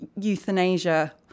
euthanasia